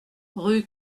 rue